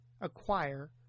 acquire